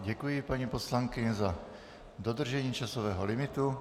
Děkuji vám, paní poslankyně, za dodržení časového limitu.